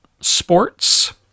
sports